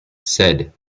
said